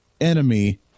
enemy